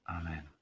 Amen